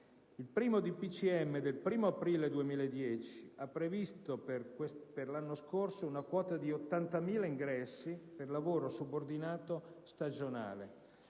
dei ministri, del 1° aprile 2010, ha previsto, per l'anno scorso, una quota di 80.000 ingressi per lavoro subordinato stagionale.